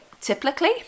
typically